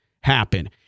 happen